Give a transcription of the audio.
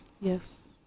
Yes